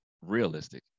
realistic